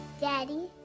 Daddy